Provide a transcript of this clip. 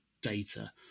data